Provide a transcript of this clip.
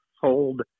sold